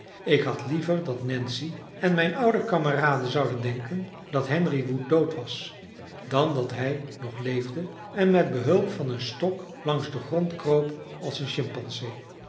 ik had liever dat nancy en mijn oude kameraden zouden denken dat henry wood dood was dan dat hij nog leefde en met behulp van een stok langs den grond kroop als een chimpansee